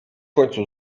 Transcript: końcu